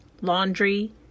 laundry